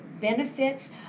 benefits